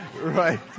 right